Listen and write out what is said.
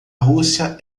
rússia